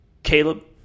Caleb